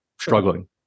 struggling